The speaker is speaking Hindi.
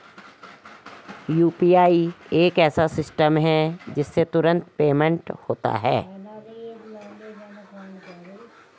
यू.पी.आई एक ऐसा सिस्टम है जिससे तुरंत पेमेंट होता है